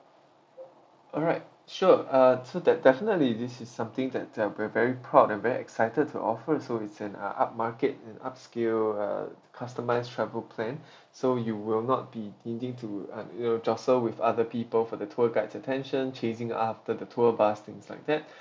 alright sure uh so that definitely this is something that uh we're very proud and very excited to offer so it's an a upmarket and upscale uh customised travel plan so you will not be needing to uh you know justle with other people for the tour guide's attention chasing after the tour bus things like that